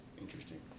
interesting